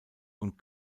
und